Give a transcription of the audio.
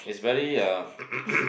it's very uh